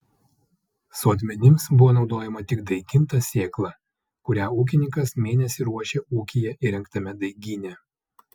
sodmenims buvo naudojama tik daiginta sėkla kurią ūkininkas mėnesį ruošė ūkyje įrengtame daigyne